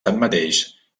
tanmateix